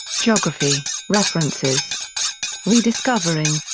geography references rediscovering.